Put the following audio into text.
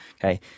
Okay